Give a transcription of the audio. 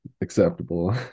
acceptable